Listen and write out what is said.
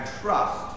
trust